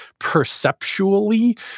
perceptually